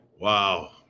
Wow